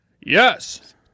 yes